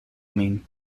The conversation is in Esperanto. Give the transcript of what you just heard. min